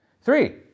three